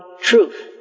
truth